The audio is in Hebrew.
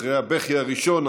אחרי הבכי הראשון,